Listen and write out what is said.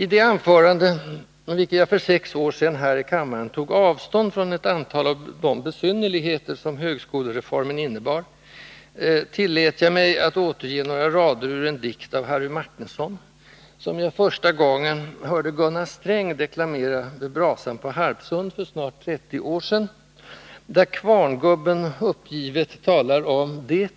I det anförande med vilket jag för sex år sedan här i kammaren tog avstånd från ett antal av de besynnerligheter, som ”högskolereformen” innebar, tillät jag mig att återge några rader ur en dikt av Harry Martinson — som jag första gången hörde Gunnar Sträng deklamera vid brasan på Harpsund för snart 30 år sedan — där kvarngubben uppgivet talar om det